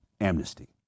amnesty